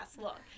look